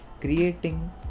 Creating